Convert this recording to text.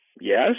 Yes